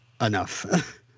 enough